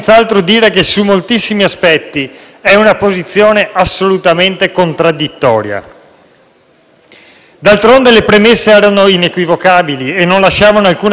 D'altronde, le premesse erano inequivocabili e non lasciavano alcuna speranza per una inversione di tendenza. La Lega a guida di Matteo Salvini